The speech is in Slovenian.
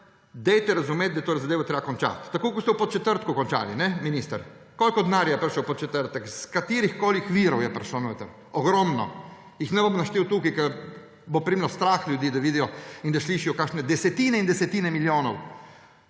dajte razumeti, da je to zadevo treba končati. Tako kot ste v Podčetrtku končali, minister. Koliko denarja je prišlo v Podčetrtek? Od koliko virov je prišel? Ogromno. Jih ne bom naštel tukaj, ker bo postalo strah ljudi, da vidijo in da slišijo, kakšne desetine in desetine milijonov.